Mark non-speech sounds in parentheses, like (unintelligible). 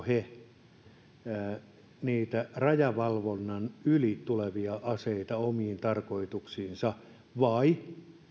(unintelligible) he rajavalvonnan yli tulevia aseita omiin tarkoituksiinsa vai